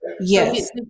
Yes